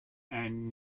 and